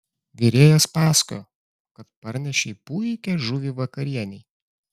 virėjas pasakojo kad parnešei puikią žuvį vakarienei